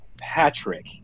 Patrick